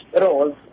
roles